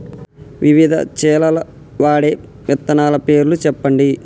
వివిధ చేలల్ల వాడే విత్తనాల పేర్లు చెప్పండి?